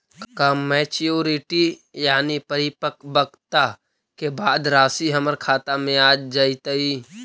का मैच्यूरिटी यानी परिपक्वता के बाद रासि हमर खाता में आ जइतई?